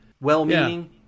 Well-meaning